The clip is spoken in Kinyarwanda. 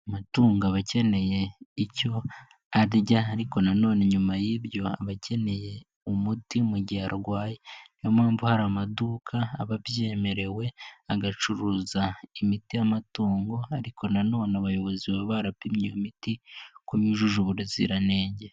Amatungo aba akeneye icyo arya ariko na none nyuma y'ibyo abakeneye umuti mu gihe arwaye, niyo mpamvu hari amaduka aba abyemerewe agacuruza imiti yamatungo ariko nanone abayobozi baba barapimye iyo miti ku yujuje ubuziranenge.